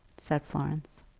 said florence.